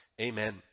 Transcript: amen